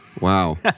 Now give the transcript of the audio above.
Wow